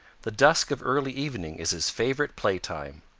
the dusk of early evening is his favorite playtime.